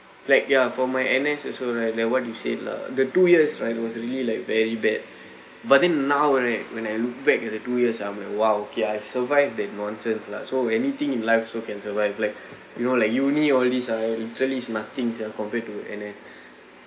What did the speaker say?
like ya for my N_S also right like what you say lah the two years right was a really like very bad but then now right when I looked back at the two years ah I'm like !wow! okay I survived that nonsense lah so anything in life also can survive like you know like uni all these ah it's really nothing sia compared to N_S